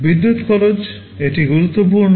বিদ্যুৎ খরচ এটি গুরুত্বপূর্ণ